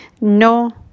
no